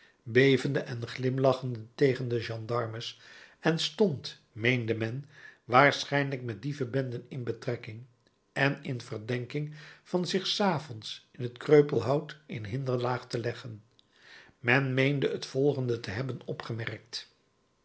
en glimlachende tegen de gendarmes en stond meende men waarschijnlijk met dievenbenden in betrekking en in verdenking van zich s avonds in t kreupelhout in hinderlaag te leggen men meende t volgende te hebben opgemerkt